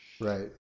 Right